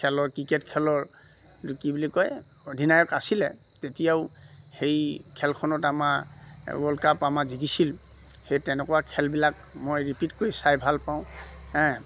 খেলৰ ক্ৰিকেট খেলৰ কি বুলি কয় অধিনায়ক আছিলে তেতিয়াও সেই খেলখনত আমাৰ ৱৰ্ল্ড কাপ আমাৰ জিকিছিল সেই তেনেকুৱা খেলবিলাক মই ৰিপিট কৰি চাই ভাল পাওঁ